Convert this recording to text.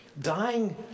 dying